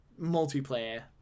multiplayer